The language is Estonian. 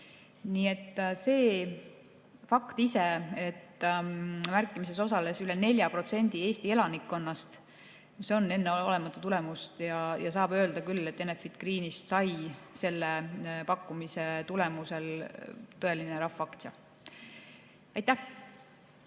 Nii et see fakt ise, et märkimises osales üle 4% Eesti elanikkonnast, on enneolematu tulemus, ja saab öelda küll, et Enefit Greenist sai selle pakkumise tulemusel tõeline rahvaaktsia. Aitäh!